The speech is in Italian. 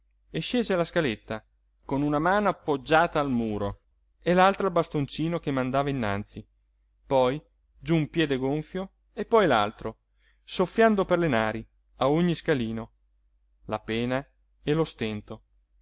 e scese la scaletta con una mano appoggiata al muro e l'altra al bastoncino che mandava innanzi poi giú un piede gonfio e poi l'altro soffiando per le nari a ogni scalino la pena e lo stento